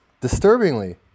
disturbingly